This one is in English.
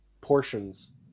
portions